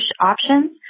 options